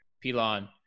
Pilon